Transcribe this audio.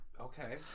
Okay